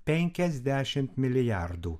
penkiasdešimt milijardų